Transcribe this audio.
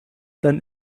dann